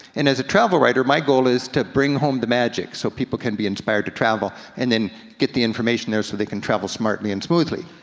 and as a travel writer, my goal is to bring home the magic so people can be inspired to travel, and then get the information there so they can travel smartly and smoothly.